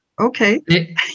Okay